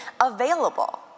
available